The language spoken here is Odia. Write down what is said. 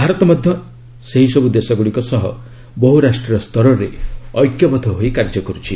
ଭାରତ ମଧ୍ୟ ଏହିସବୁ ଦେଶଗୁଡ଼ିକ ସହ ବହୁରାଷ୍ଟ୍ରୀୟ ସ୍ତରରେ ଐକ୍ୟବଦ୍ଧ ହୋଇ କାର୍ଯ୍ୟ କରୁଛି